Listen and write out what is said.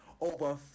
Over